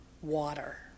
water